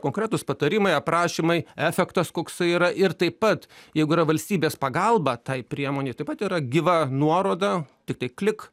konkretūs patarimai aprašymai efektas koksai yra ir taip pat jeigu yra valstybės pagalba tai priemonė taip pat yra gyva nuoroda tiktai klik